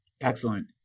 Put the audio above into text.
Excellent